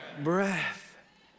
breath